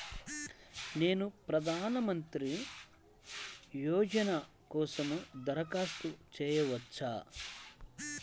నేను ప్రధాన మంత్రి యోజన కోసం దరఖాస్తు చేయవచ్చా?